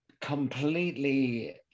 completely